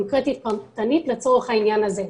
קונקרטית ופרטנית לצורך העניין הזה.